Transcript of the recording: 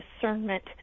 discernment